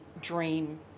dream